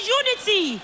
unity